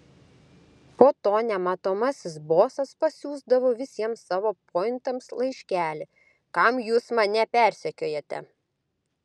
po to nematomasis bosas pasiųsdavo visiems savo pointams laiškelį kam jūs mane persekiojate